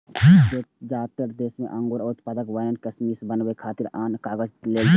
जादेतर देश मे अंगूरक उत्पादन वाइन, किशमिश बनबै खातिर आ आन काज लेल होइ छै